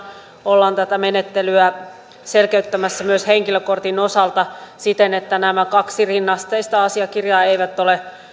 ollaan tätä menettelyä selkeyttämässä myös henkilökortin osalta siten että nämä kaksi rinnasteista asiakirjaa eivät ole